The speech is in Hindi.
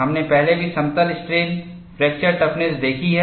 हमने पहले भी समतल स्ट्रेन फ्रैक्चर टफनेस देखी है